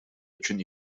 үчүн